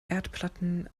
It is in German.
erdplatten